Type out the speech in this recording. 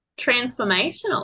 Transformational